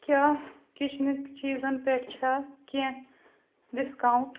کیٛاہ کِچنٕکۍ چیٖزن پٮ۪ٹھ چھا کیٚنٛہہ ڈِسکاونٛٹ